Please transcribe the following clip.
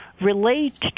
relate